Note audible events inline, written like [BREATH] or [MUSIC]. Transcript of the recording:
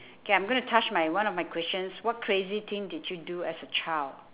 [BREATH] K I'm gonna touch my one of my questions what crazy thing did you do as a child